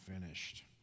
finished